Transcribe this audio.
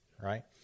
right